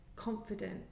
Confident